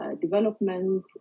development